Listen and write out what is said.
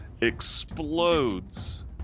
explodes